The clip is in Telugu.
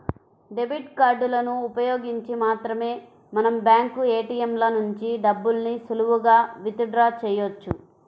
డెబిట్ కార్డులను ఉపయోగించి మాత్రమే మనం బ్యాంకు ఏ.టీ.యం ల నుంచి డబ్బుల్ని సులువుగా విత్ డ్రా చెయ్యొచ్చు